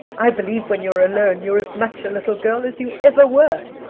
i believe when you're alone you're as much a little girl as you ever were.